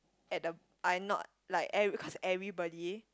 at the I not like every because everybody